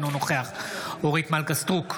אינו נוכח אורית מלכה סטרוק,